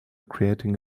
creating